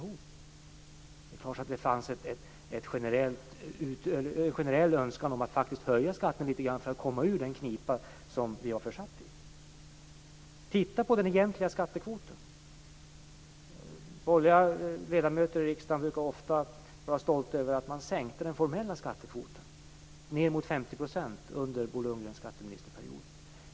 Det är klart att det fanns en generell önskan om att höja skatten litet grand för att komma ur den knipa vi var försatta i. Titta på den egentliga skattekvoten! Borgerliga ledamöter i riksdagen brukar ofta vara stolta över att man sänkte den formella skattekvoten ned mot 50 % under Bo Lundgrens period som skatteminister.